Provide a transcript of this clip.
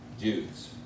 Jews